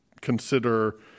consider